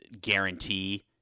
guarantee